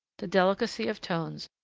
the delicacy of tones,